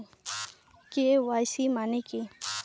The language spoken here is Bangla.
কে.ওয়াই.সি মানে কি?